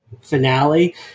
finale